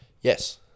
Yes